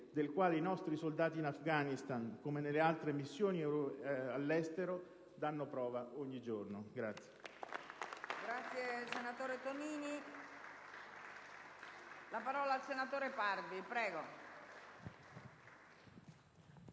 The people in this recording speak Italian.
di cui i nostri soldati in Afghanistan, come nelle altre missioni all'estero, danno prova ogni giorno.